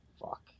Fuck